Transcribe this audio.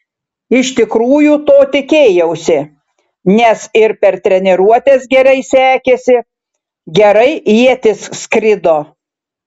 iš tikrųjų to tikėjausi nes ir per treniruotes gerai sekėsi gerai ietis skrido